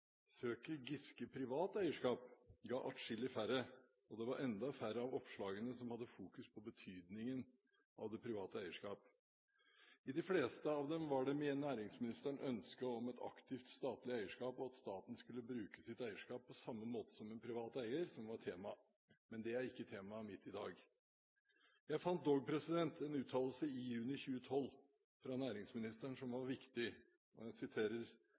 privat eierskap» ga atskillig færre, og det var enda færre av oppslagene som hadde fokus på betydningen av det private eierskapet. I de fleste av dem var det næringsministerens ønske om et aktivt statlig eierskap, og at staten skulle bruke sitt eierskap på samme måte som en privat eier, som var tema. Men det er ikke temaet mitt i dag. Jeg fant dog en uttalelse i juni 2012 fra næringsministeren som var viktig: «Små og